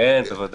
נגיע לזה בהמשך,